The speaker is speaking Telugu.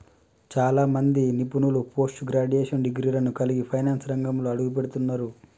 చాలా మంది నిపుణులు పోస్ట్ గ్రాడ్యుయేట్ డిగ్రీలను కలిగి ఫైనాన్స్ రంగంలోకి అడుగుపెడుతున్నరు